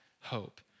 hope